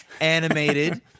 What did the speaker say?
animated